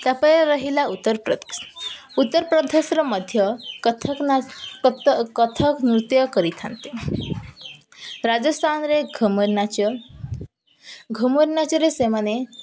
ତା'ପରେ ରହିଲା ଉତ୍ତରପ୍ରେଶ ଉତ୍ତରପ୍ରଦେଶର ମଧ୍ୟ କଥକ ନାଚ କ କଥକ ନୃତ୍ୟ କରିଥାନ୍ତି ରାଜସ୍ଥାନରେ ଘୁମୁର ନାଚ ଘୁମୁର ନାଚରେ ସେମାନେ